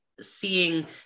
seeing